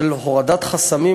של הורדת חסמים,